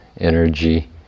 energy